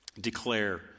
Declare